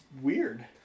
weird